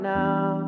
now